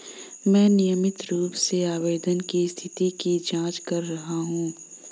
मैं नियमित रूप से आवेदन की स्थिति की जाँच कर रहा हूँ